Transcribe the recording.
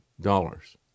dollars